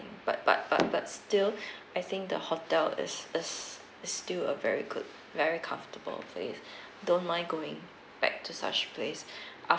but but but but still I think the hotel is is is still a very good very comfortable place don't mind going back to such place